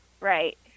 right